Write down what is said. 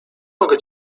mogę